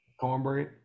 cornbread